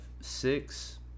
six